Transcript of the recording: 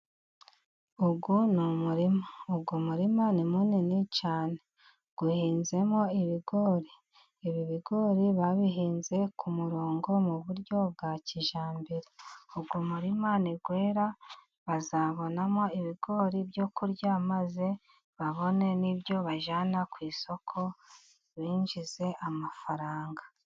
Uyu ni umurima, uyu muririma ni munini cyane, uhinzemo ibigori, ibi bigori babihinze ku murongo mu buryo bwa kijyambere, uyu umurima niwera bazabonamo ibigori byo kurya, maze babone n'ibyo bajyana ku isoko binjize amafaranga.